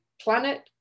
planet